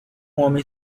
homem